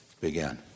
began